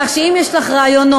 כך שאם יש לך רעיונות,